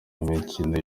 imikino